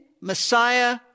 Messiah